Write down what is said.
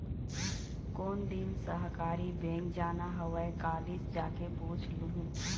कोन दिन सहकारी बेंक जाना हवय, कालीच जाके पूछ लूहूँ